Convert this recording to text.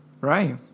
right